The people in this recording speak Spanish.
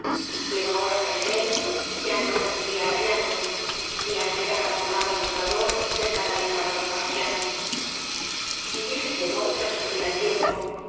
pero ahora cañamél ya no recibía arañazos ni al quedar abandonado el mostrador se escandalizaban los parroquianos y de este modo transcurría el tiempo